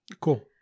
Cool